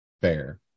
Fair